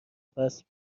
فصل